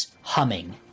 humming